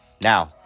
Now